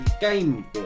game